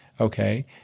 Okay